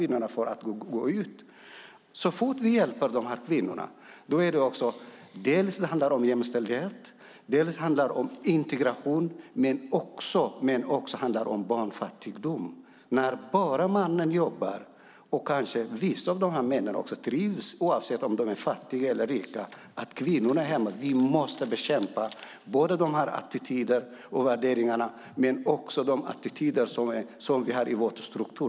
När vi hjälper de här kvinnorna handlar det om jämställdhet och integration, men det handlar också om barnfattigdom. När bara mannen jobbar, och vissa av de här männen trivs kanske med att kvinnorna är hemma oavsett om de är fattiga eller rika, måste vi bekämpa attityder och värderingar. Vi måste också bekämpa de attityder som vi har i vår struktur.